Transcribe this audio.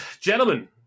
gentlemen